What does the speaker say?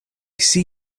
see